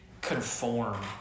conform